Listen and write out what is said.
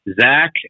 Zach